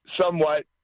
somewhat